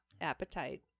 appetite